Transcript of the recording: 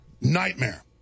nightmare